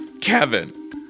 Kevin